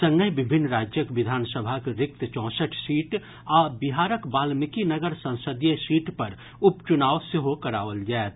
संगहि विभिन्न राज्यक विधानसभाक रिक्त चौंसठि सीट आ बिहारक वाल्मीकिनगर संसदीय सीट पर उपचुनाव सेहो कराओल जाएत